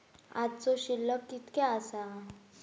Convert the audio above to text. आजचो शिल्लक कीतक्या आसा?